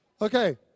Okay